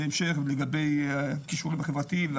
להמשך לגבי כישורים חברתיים,